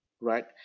Right